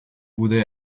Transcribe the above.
wurde